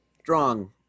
strong